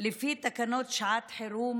לפי תקנות שעת חירום,